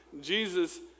Jesus